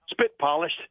spit-polished